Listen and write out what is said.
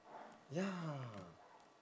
ya